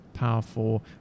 powerful